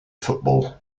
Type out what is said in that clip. football